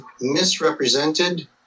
misrepresented